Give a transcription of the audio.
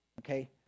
okay